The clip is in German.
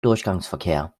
durchgangsverkehr